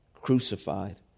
crucified